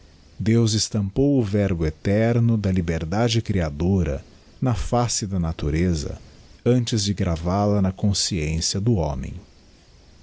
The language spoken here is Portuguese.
deus estampou o verbo eterno da liberdade creadora na face da natureza antes de graval a fia consciência do homem